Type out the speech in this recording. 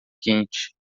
quente